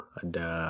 ada